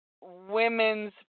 women's